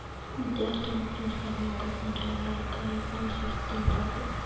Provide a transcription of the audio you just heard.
విద్యార్థుల ప్రోత్సాహాం కోసం చాలా రకాల ఫండ్స్ ఇత్తుంటారు